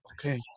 okay